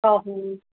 ओहो